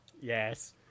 yes